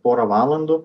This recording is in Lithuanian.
porą valandų